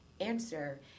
answer